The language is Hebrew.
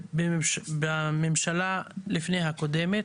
בממשלה לפני הקודמת.